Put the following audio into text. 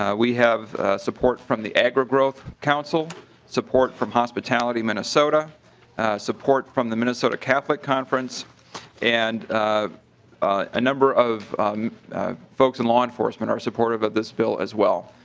um we have support from the agora growth council support from hospitality minnesota. the support from the minnesota catholic conference and a number of folks in law enforcement are supportive of this bill as well.